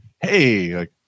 Hey